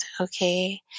okay